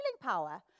power